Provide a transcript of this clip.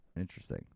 Interesting